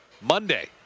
Monday